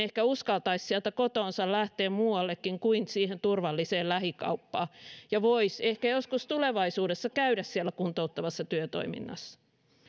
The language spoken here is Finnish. ehkä uskaltaisi sieltä kotoansa lähteä muuallekin kuin siihen turvalliseen lähikauppaan ja voisi ehkä joskus tulevaisuudessa käydä siellä kuntouttavassa työtoiminnassa